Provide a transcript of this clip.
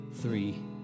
three